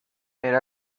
era